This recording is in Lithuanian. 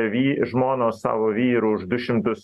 vy žmonos savo vyrų už du šimtus